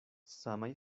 samaj